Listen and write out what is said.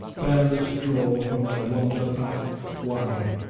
bearers draw from their wonder-vats wine.